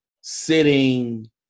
sitting